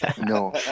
No